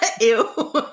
Ew